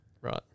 Right